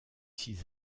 six